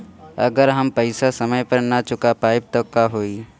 अगर हम पेईसा समय पर ना चुका पाईब त का होई?